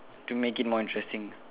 to make it more interesting